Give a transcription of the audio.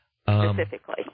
Specifically